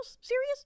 Serious